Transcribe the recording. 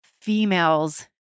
females